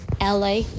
LA